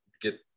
get